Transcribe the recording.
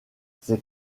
ces